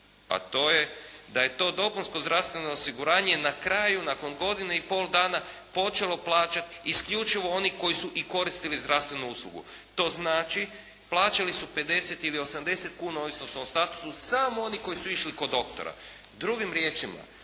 a to je da je to dopunsko zdravstveno osiguranje na kraju, nakon godinu i pol dana počelo plaćati isključivo oni koji su i koristili zdravstvenu uslugu. To znači plaćali su 50 ili 80 kuna ovisno o statusu samo oni koji su išli kod doktora.